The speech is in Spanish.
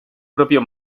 propio